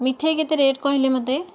ମିଠେଇ କେତେ ରେଟ୍ କହିଲେ ମୋତେ